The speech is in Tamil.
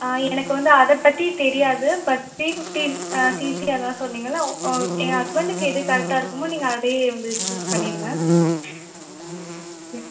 ஆ எனக்கு வந்து அதைப் பற்றி தெரியாது பட் த்ரீ ஃபிஃப்டி சிசி அதுதான் சொன்னீங்கள்லே ஆ ஓகே என் ஹஸ்பண்டுக்கு எது கரெக்டாக இருக்குமோ நீங்கள் அதையே வந்து சூஸ் பண்ணிவிடுங்க யா